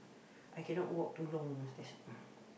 I cannot walk too long on the stairs